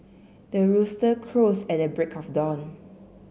the rooster crows at the break of dawn